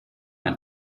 ein